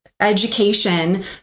education